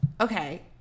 Okay